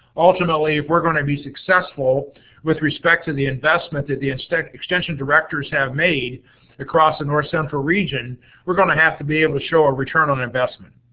ultimately if we're going to be successful with respect to the investment that the extension directors have made across the north central region we're gonna have to be able to show a return on investment,